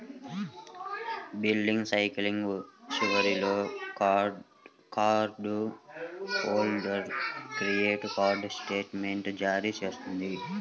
billing cycle చివరిలో card హోల్డర్కు credit card స్టేట్మెంట్ను జారీ చేస్తుంది